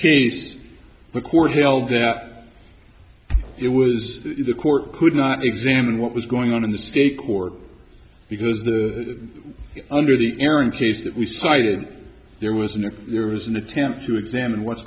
case the court held that it was the court could not examine what was going on in the state court because the under the aaron case that we've cited there was no there was an attempt to examine what's